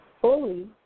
fully